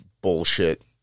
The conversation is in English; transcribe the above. bullshit